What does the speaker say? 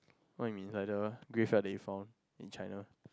what you mean like the graveyard that you found in China